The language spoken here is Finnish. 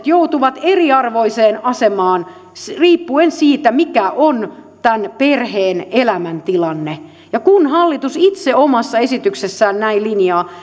joutuvat eriarvoiseen asemaan riippuen siitä mikä on tämän perheen elämäntilanne kun hallitus itse omassa esityksessään näin linjaa